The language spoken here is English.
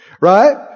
Right